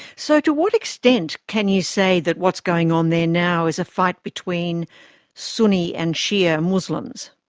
so to what extent can you say that what's going on there now is a fight between sunni and shia muslims?